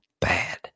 bad